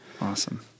Awesome